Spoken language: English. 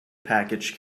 package